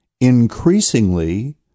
increasingly